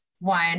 one